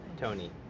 Tony